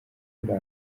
turi